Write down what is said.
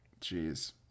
Jeez